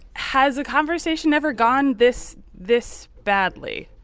has a conversation ever gone this this badly?